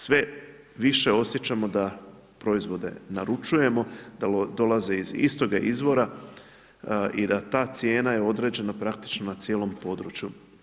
Sve više osjećamo da proizvode naručujemo, da dolaze iz istoga izvora i da ta cijena je određena praktično na cijelom području.